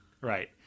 right